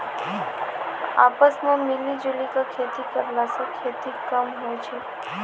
आपस मॅ मिली जुली क खेती करला स खेती कम होय छै